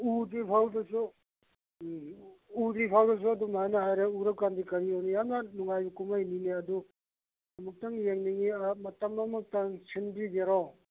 ꯎꯗ꯭ꯔꯤ ꯐꯥꯎꯗꯁꯨ ꯎꯝ ꯎꯗ꯭ꯔꯤ ꯐꯥꯎꯗꯁꯨ ꯑꯗꯨꯃꯥꯏꯅ ꯍꯥꯏꯔꯦ ꯎꯔꯥ ꯀꯥꯟꯗꯗꯤ ꯀꯔꯤ ꯑꯣꯏꯅꯤ ꯌꯥꯝꯅ ꯅꯨꯡꯉꯥꯏꯕ ꯀꯨꯝꯍꯩꯅꯤꯅꯦ ꯑꯗꯨ ꯑꯃꯨꯛꯇꯪ ꯌꯦꯡꯅꯤꯡꯏ ꯑꯥ ꯃꯇꯝ ꯑꯃꯨꯛꯇꯪ ꯁꯤꯟꯕꯤꯒꯦꯔꯣ